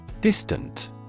Distant